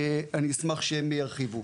אני אשמח שהם ירחיבו.